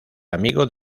amigo